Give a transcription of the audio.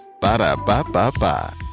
Ba-da-ba-ba-ba